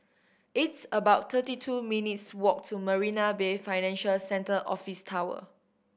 it's about thirty two minutes' walk to Marina Bay Financial Centre Office Tower